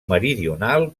meridional